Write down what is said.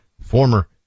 former